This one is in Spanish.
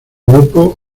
grupo